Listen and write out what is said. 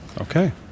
Okay